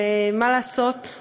ומה לעשות,